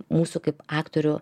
mūsų kaip aktorių